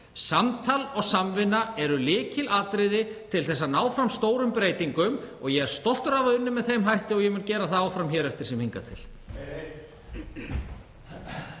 Samtal og samvinna eru lykilatriði til að ná fram stórum breytingum. Ég er stoltur af því að hafa unnið með þeim hætti og ég mun gera það áfram hér eftir sem hingað til.